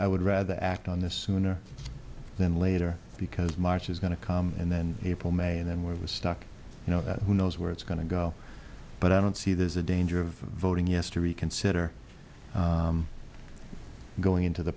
would rather act on this sooner than later because march is going to come and then april may and then we're stuck you know that who knows where it's going to go but i don't see there's a danger of voting yes to reconsider going into the